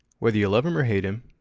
whether you love him or hate him,